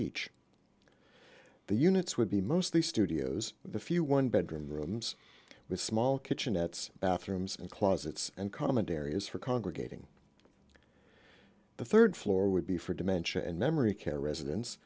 each the units would be mostly studios with a few one bedroom rooms with small kitchenettes bathrooms and closets and comment areas for congregating the rd floor would be for dementia and memory care residen